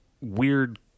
weird